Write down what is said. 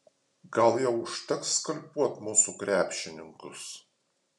gal jau užteks skalpuot mūsų krepšininkus